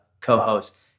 co-hosts